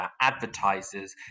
advertisers